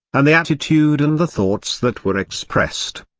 and the attitude and the thoughts that were expressed.